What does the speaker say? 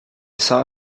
saw